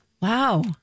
Wow